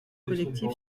collectif